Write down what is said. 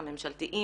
הממשלתיים,